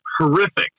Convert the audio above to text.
horrific